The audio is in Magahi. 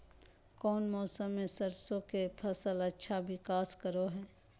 कौन मौसम मैं सरसों के फसल अच्छा विकास करो हय?